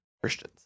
Christians